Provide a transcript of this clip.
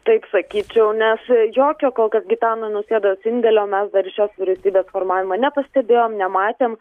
taip sakyčiau nes jokio kol kas gitano nausėdos indėlio mes dar į šios vyriausybės formavimą nepastebėjom nematėm